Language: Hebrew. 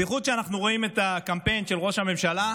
בייחוד כשאנחנו רואים את הקמפיין של ראש הממשלה,